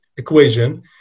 equation